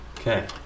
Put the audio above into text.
Okay